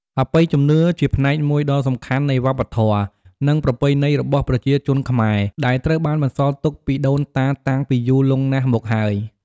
អបិយជំនឿជាផ្នែកមួយដ៏សំខាន់នៃវប្បធម៌ និងប្រពៃណីរបស់ប្រជាជនខ្មែរ ដែលត្រូវបានបន្សល់ទុកពីដូនតាតាំងពីយូរលង់ណាស់មកហើយ។